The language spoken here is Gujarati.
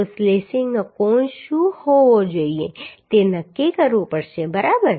તો લેસિંગનો કોણ શું હોવો જોઈએ તે નક્કી કરવું પડશે બરાબર